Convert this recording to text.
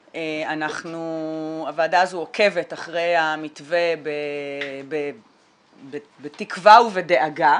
שהוועדה הזו עוקבת אחרי המתווה בתקווה ובדאגה,